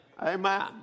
Amen